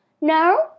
No